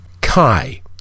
Kai